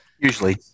usually